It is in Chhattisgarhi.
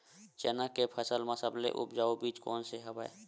चना के फसल म सबले उपजाऊ बीज कोन स हवय?